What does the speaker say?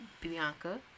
Bianca